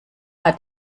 hat